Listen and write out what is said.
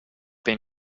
been